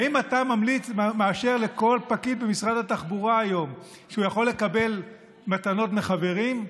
האם אתה מאשר היום לכל פקיד במשרד התחבורה שהוא יכול לקבל מתנות מחברים?